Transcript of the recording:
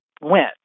went